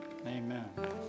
Amen